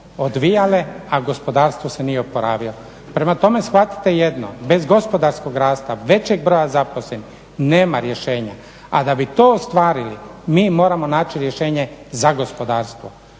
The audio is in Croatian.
odvijale, a gospodarstvo se nije oporavilo. Prema tome, shvatite jedno bez gospodarskog rasta, većeg broja zaposlenih nema rješenja. A da bi to ostvarili mi moramo naći rješenje za gospodarstvo.